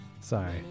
Sorry